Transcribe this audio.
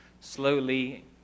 slowly